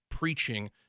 Preaching